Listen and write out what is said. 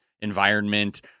environment